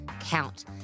count